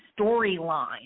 storyline